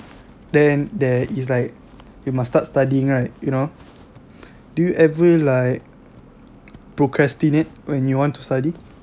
then there is like you must start studying right you know do you ever like procrastinate when you want to study